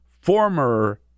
former